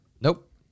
Nope